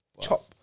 Chop